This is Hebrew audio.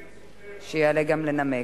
וניצן הורוביץ.